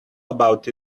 about